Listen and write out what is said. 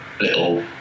little